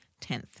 10th